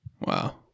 Wow